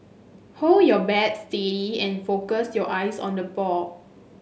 hold your bat steady and focus your eyes on the ball